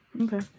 Okay